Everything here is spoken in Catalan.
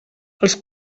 els